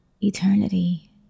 eternity